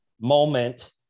moment